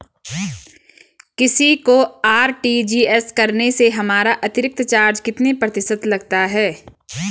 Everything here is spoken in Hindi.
किसी को आर.टी.जी.एस करने से हमारा अतिरिक्त चार्ज कितने प्रतिशत लगता है?